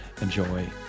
enjoy